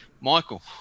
Michael